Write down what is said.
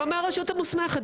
לא מהרשות המוסמכת.